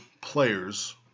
players